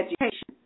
education